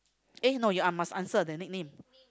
eh no you uh must answer the nick name